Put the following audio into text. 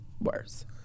worse